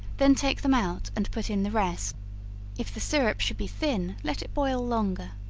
then take them out and put in the rest if the syrup should be thin, let it boil longer.